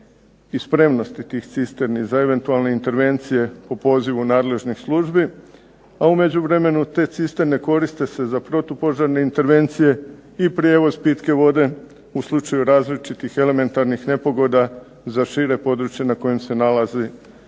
i spremnosti tih cisterni za eventualne intervencije u pozivu nadležnih službi, a u međuvremenu te cisterne koriste se za protupožarne intervencije, i prijevoz pitke vode u slučaju različitih elementarnih nepogoda za šire područje na kojem se nalazi, na